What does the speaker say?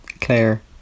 Claire